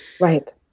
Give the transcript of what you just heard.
Right